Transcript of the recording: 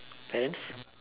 parents